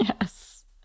Yes